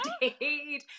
indeed